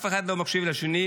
אף אחד לא מקשיב לשני.